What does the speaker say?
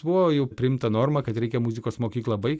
buvo jau priimta norma kad reikia muzikos mokyklą baigt